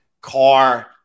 Car